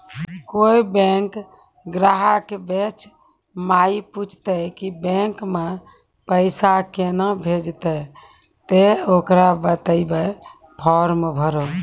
कोय बैंक ग्राहक बेंच माई पुछते की बैंक मे पेसा केना भेजेते ते ओकरा बताइबै फॉर्म भरो